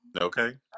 Okay